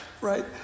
right